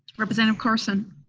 representative carson?